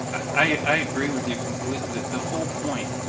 i agree with you completely. the whole point,